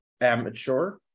amateur